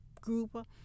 group